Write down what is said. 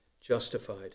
justified